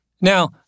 Now